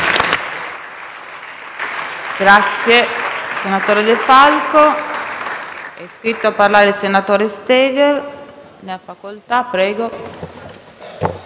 Grazie,